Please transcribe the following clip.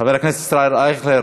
חבר הכנסת ישראל אייכלר,